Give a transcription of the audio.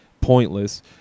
pointless